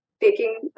taking